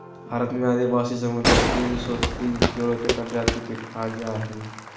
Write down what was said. भारत में आदिवासी समुदाय तिन सो तिन कीड़ों के प्रजाति के खा जा हइ